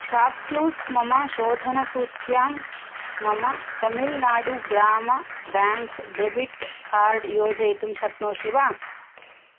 ShopClues मम शोधनसूच्यां मम तमिल्नाडुग्रामं ब्याङ्क् डेबिट् कार्ड् योजयितुं शक्नोषि वा